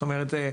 זאת אומרת,